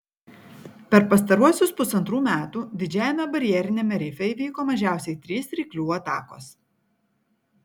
per pastaruosius pusantrų metų didžiajame barjeriniame rife įvyko mažiausiai trys ryklių atakos